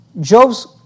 Job's